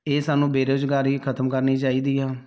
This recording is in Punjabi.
ਇਹ ਸਾਨੂੰ ਬੇਰੁਜ਼ਗਾਰੀ ਖਤਮ ਕਰਨੀ ਚਾਹੀਦੀ ਆ